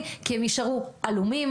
שיוכלו לעשות טיפולים קצרים.